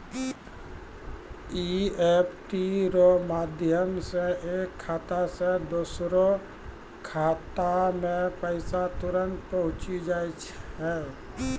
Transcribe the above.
EFT रो माध्यम से एक खाता से दोसरो खातामे पैसा तुरंत पहुंचि जाय छै